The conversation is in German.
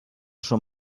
schon